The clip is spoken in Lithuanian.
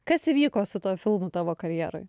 kas įvyko su tuo filmu tavo karjeroj